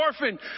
orphan